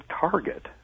Target